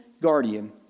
guardian